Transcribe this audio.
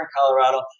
Colorado